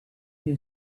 who